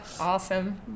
awesome